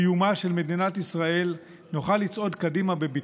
קיומה של מדינת ישראל, נוכל לצעוד קדימה בבטחה.